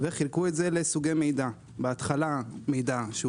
וחילקו את זה לסוגי מידע בהתחלה מידע שהוא